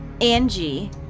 Angie